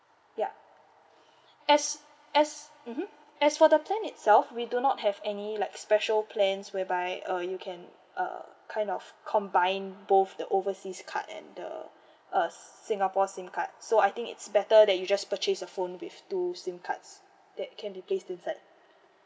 yup as as mmhmm as for the plan itself we do not have any like special plans whereby uh you can uh kind of combine both the overseas card and the uh singapore SIM card so I think it's better that you just purchase a phone with two SIM cards that can be placed inside